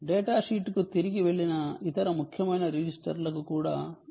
డేటాషీట్కు తిరిగి వెళ్ళిన ఇతర ముఖ్యమైన రిజిస్టర్లకు కూడా ఇప్పుడు మీకు సూచిస్తాను